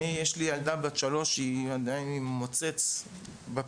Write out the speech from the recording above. יש לי ילדה בת שלוש שהיא עדיין עם מוצץ בפה.